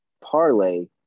parlay